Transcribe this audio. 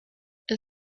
and